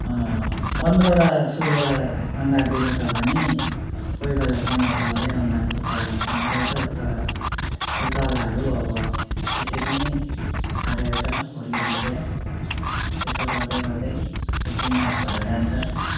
पन्ध्रवटा सोह्रवटा अन्डा दिएको छ भने कोही बेला पन्ध्र सोह्रवाटै अन्डाको चल्ला त निकाल्छ तर त्यो चल्लाहरू अब त्यसै पनि आज एउटा भोलि दुइवटा त्यस्तो गर्दै गर्दै त्यसै नाश भएर जान्छ